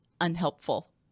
unhelpful